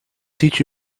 teach